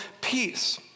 peace